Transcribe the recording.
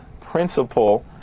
principle